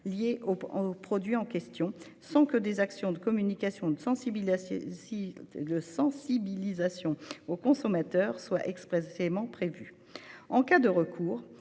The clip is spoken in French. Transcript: liés au produit en question, sans que des actions de communication ou de sensibilisation aux consommateurs soient expressément prévues. En cas de recours,